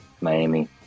Miami